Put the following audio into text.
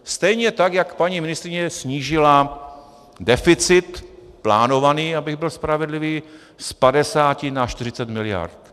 Stejně tak jak paní ministryně snížila deficit plánovaný, abych byl spravedlivý, z 50 na 40 mld.